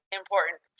important